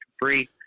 free